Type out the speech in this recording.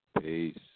Peace